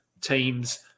team's